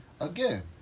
Again